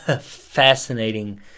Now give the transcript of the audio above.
Fascinating